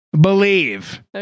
believe